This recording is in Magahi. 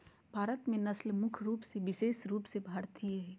भारत में नस्ल मुख्य रूप से विशेष रूप से भारतीय हइ